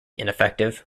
ineffective